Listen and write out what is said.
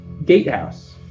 gatehouse